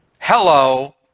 Hello